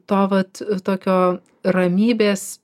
to vat tokio ramybės